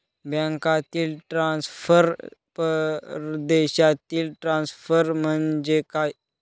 बँकांतील ट्रान्सफर, परदेशातील ट्रान्सफर म्हणजे काय?